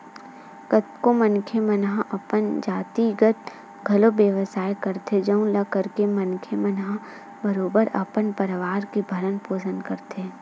कतको मनखे मन हा अपन जातिगत घलो बेवसाय करथे जउन ल करके मनखे मन ह बरोबर अपन परवार के भरन पोसन करथे